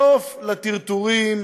סוף לטרטורים,